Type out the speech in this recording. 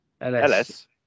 LS